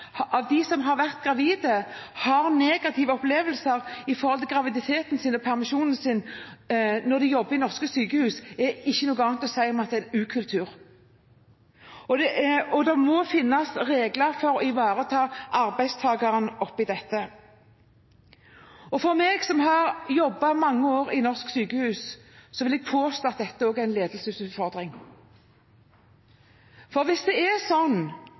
av dem som har vært gravide mens de jobber i norske sykehus, har negative opplevelser knyttet til graviditet og permisjon. Det er det ikke noe annet å si om det enn at det er en ukultur. Det må finnes regler for å ivareta arbeidstakerne oppi dette. Jeg har jobbet mange år på norske sykehus og vil påstå at dette også er en ledelsesutfordring. Hvis det er sånn